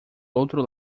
outro